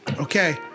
Okay